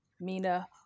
Mina